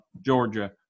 georgia